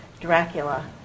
Dracula